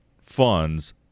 funds